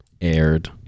aired